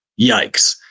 Yikes